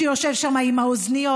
שיושב שם עם האוזניות,